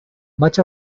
much